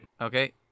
okay